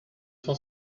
cent